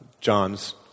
John's